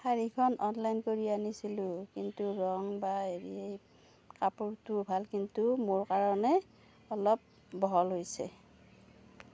শাড়ীখন অনলাইন কৰি আনিছিলোঁ কিন্তু ৰং বা হেৰি কাপোৰটো ভাল কিন্তু মোৰ কাৰণে অলপ বহল হৈছে